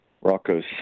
Rocco's